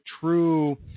true